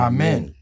Amen